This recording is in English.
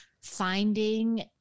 finding